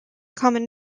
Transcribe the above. common